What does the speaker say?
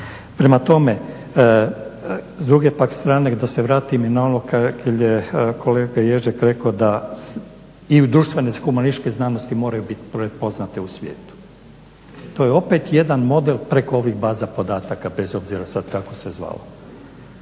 Prema tome, s druge pak strane da se vratim i na ono što je kolega Ježek rekao da i društvene humanističke znanosti moraju biti prepoznate u svijetu. To je opet jedan model preko ovih baza podataka, bez obzira sad kako se zvalo.